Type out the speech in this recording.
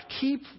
Keep